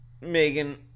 Megan